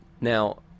Now